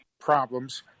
problems